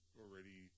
already